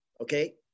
Okay